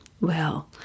Well